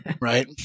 right